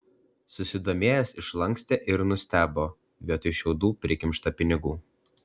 susidomėjęs išlankstė ir nustebo vietoj šiaudų prikimšta pinigų